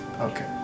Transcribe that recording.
Okay